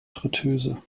friteuse